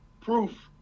proof